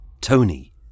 Tony